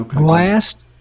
last